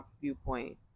viewpoint